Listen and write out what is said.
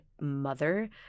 mother